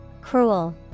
Cruel